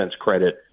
credit